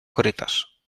korytarz